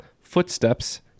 footsteps